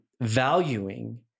valuing